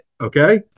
okay